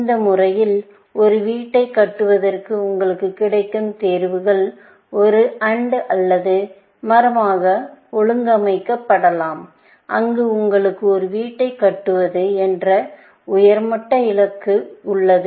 இந்த முறையில் ஒரு வீட்டைக் கட்டுவதற்கு உங்களுக்குக் கிடைக்கும் தேர்வுகள் ஒரு AND அல்லது மரமாக ஒழுங்கமைக்க படலாம் அங்கு உங்களுக்கு ஒரு வீட்டைக் கட்டுவது என்ற உயர் மட்ட இலக்கு உள்ளது